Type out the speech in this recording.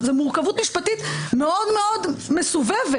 זה מורכבות משפטית מאוד מאוד מסובבת.